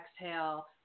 exhale